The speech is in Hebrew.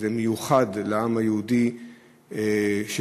וזה מיוחד לעם היהודי שכולנו,